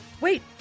Wait